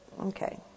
okay